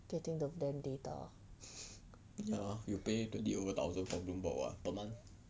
getting the damn data